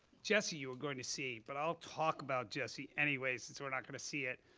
jesse you were going to see, but i'll talk about jesse anyways, since we're not going to see it.